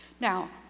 Now